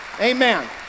Amen